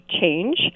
change